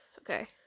Okay